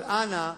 אבל אנא,